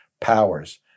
powers